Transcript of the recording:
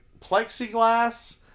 plexiglass